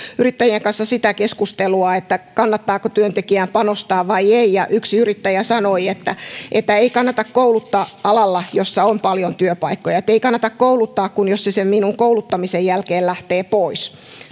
yrittäjien kanssa sitä keskustelua että kannattaako työntekijään panostaa vai ei yksi yrittäjä sanoi että että ei kannata kouluttaa alalla jossa on paljon työpaikkoja että ei kannata kouluttaa koska jos se minun kouluttamiseni jälkeen lähtee pois